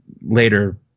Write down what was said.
later